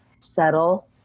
settle